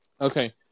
Okay